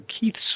Keith's